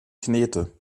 knete